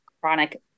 chronic